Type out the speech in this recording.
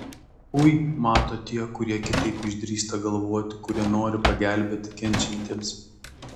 ui mato tie kurie kitaip išdrįsta galvoti kurie nori pagelbėti kenčiantiems